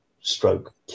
stroke